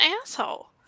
asshole